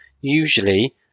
usually